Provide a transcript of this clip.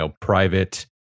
private